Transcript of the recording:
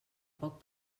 poc